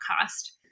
cost